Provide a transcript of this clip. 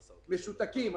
משותקים.